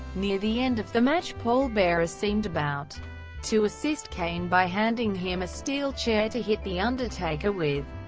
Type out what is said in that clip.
near the end of the match, paul bearer seemed about to assist kane by handing him a steel chair to hit the undertaker with,